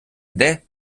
йде